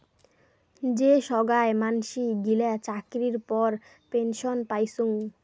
যে সোগায় মানসি গিলা চাকরির পর পেনসন পাইচুঙ